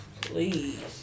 please